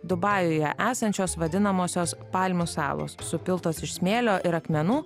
dubajuje esančios vadinamosios palmių salos supiltos iš smėlio ir akmenų